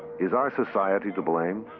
is our society to blame?